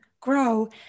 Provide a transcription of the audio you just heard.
grow